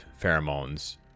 pheromones